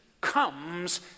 comes